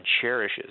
cherishes—